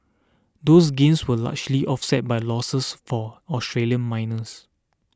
those gains were largely offset by losses for Australian miners